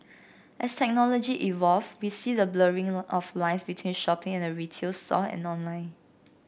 as technology evolve we see the blurring of lines between shopping at a retail store and online